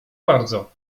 bardzo